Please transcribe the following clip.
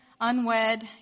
unwed